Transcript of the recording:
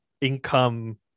income